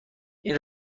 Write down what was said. این